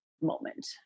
moment